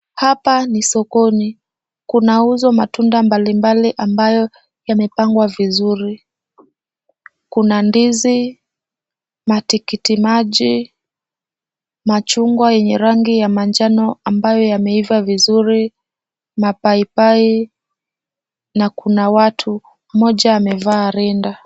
Hapa ni sokoni. Kunauzwa matunda mbalimbali ambayo yamepangwa vizuri. Kuna ndizi , matikiti maji machungwa yenye rangi ya manjano ambayo yameiva vizuri ,mapaipai na kuna watu mmoja amevaa rinda.